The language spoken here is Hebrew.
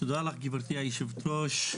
תודה רבה לך, גברתי היושבת ראש.